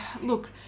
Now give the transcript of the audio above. look